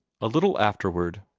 a little afterward,